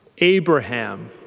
Abraham